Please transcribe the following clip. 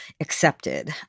accepted